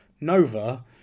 Nova